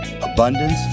abundance